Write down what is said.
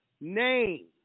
name